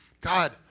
god